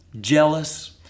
jealous